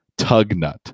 Tugnut